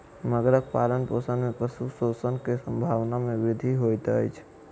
मगरक पालनपोषण में पशु शोषण के संभावना में वृद्धि होइत अछि